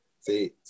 see